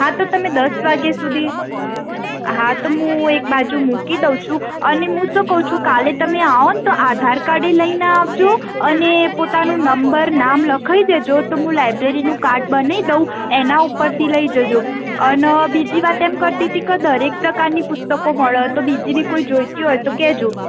હા તો તમે દસ વાગ્યા સુધી હા તો હું એક બાજુ મૂકી દઉં છું અને હું શું કઉં છું કાલે તમે આવોને તો આધાર કાર્ડ લઈને આવજો અને પોતાનો નંબર નામ લખાવી દેજો તો હું લાયબ્રેરીનું કાર્ડ બનાવી દઉં એના પરથી લઈ જજો અને બીજી વાત એમ કરતી હતી કે દરેક પ્રકારની પુસ્તકો મળે છે તો બીજી કોઈ જોઈતી હોય તો કહેજો